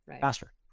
faster